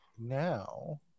now